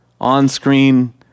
on-screen